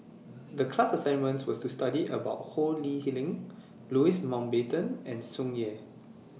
The class assignment was to study about Ho Lee Ling Louis Mountbatten and Tsung Yeh